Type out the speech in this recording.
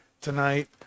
tonight